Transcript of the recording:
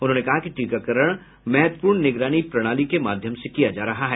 उन्होंने कहा कि टीकाकरण महत्वपूर्ण निगरानी प्रणाली के माध्यम से किया जा रहा है